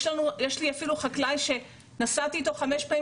יש לי אפילו חקלאי שנסעתי איתו חמש פעמים